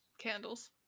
candles